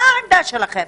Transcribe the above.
מה עמדתכם?